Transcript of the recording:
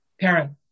parent